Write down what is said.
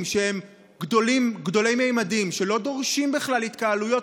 שהם גדולי ממדים ולא דורשים בכלל התקהלויות,